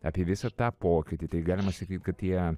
apie visą tą pokytį tai galima sakyt kad tie